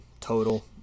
total